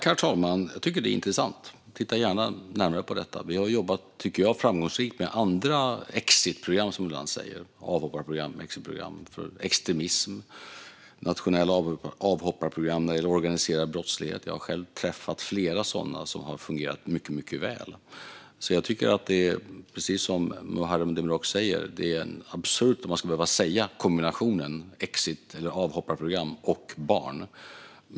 Herr talman! Jag tycker att det är intressant. Jag tittar gärna närmare på detta. Vi har ju jobbat - framgångsrikt, tycker jag - med andra exitprogram, som vi ibland säger, eller avhopparprogram för extremism och nationella avhopparprogram när det gäller organiserad brottslighet. Jag har själv träffat företrädare för flera sådana program, som har fungerat mycket väl. Precis som Muharrem Demirok tycker jag att det är absurt att man ska behöva säga kombinationen avhopparprogram och barn.